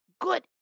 Good